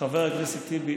חבר הכנסת טיבי,